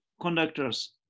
Conductors